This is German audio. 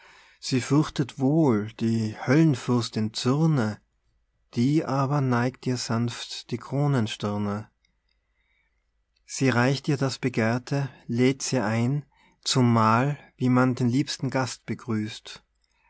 sie fürchtet wohl die höllenfürstin zürne die aber neigt ihr sanft die kronenstirne sie reicht ihr das begehrte lädt sie ein zum mahl wie man den liebsten gast begrüßt